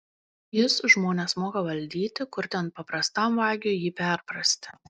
jis žmones moka valdyti kur ten paprastam vagiui jį perprasti